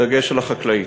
בדגש על החקלאית.